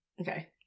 Okay